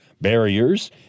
barriers